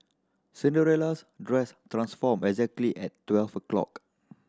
Cinderella's dress transformed exactly at twelve o'clock